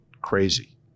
crazy